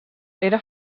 era